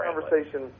conversation